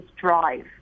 drive